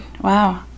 Wow